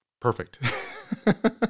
Perfect